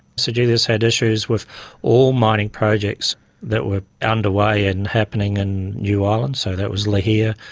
sir julius had issues with all mining projects that were underway and and happening in new ireland. so that was lihir,